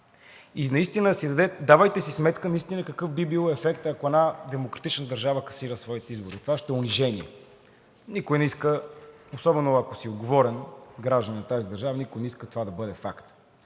И наистина давайте си сметка, наистина какъв би бил ефектът, ако една демократична държава касира своите избори. Това ще е унижение. Особено ако си отговорен гражданин на тази държава, никой не иска това да бъде факт.